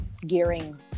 gearing